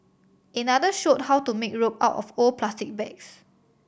another showed how to make rope out of old plastic bags